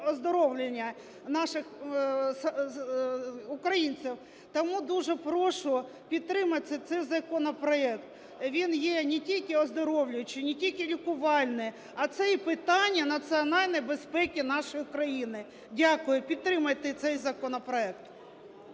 оздоровлення наших українців. Тому дуже прошу підтримати цей законопроект. Він є не тільки оздоровлюючий, не тільки лікувальний, а це й питання національної безпеки нашої країни. Дякую. Підтримайте цей законопроект.